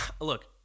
look